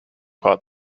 pot